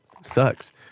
sucks